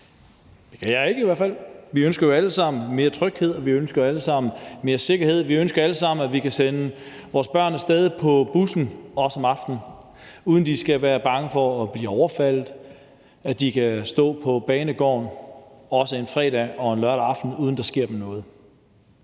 Det kan jeg ikke i hvert fald. Vi ønsker jo alle sammen mere tryghed, og vi ønsker alle sammen mere sikkerhed. Vi ønsker alle sammen, at vi kan sende vores børn af sted på bussen, også om aftenen, uden at de skal være bange for at blive overfaldet, at de kan stå på banegården, også en fredag eller lørdag aften, uden at der sker dem noget.